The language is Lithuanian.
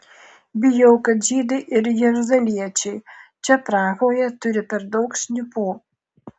bijau kad žydai ir jeruzaliečiai čia prahoje turi per daug šnipų